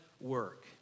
work